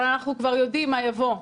אבל אנחנו כבר יודעים מה יבוא,